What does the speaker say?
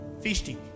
Feasting